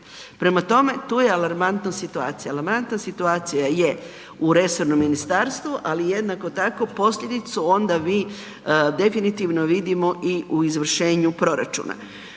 Prema tome, tu je alarmantna situacija. Alarmantna situacija je u resornom ministarstvu, ali jednako tako posljedicu onda mi definitivno vidimo i u izvršenju proračuna.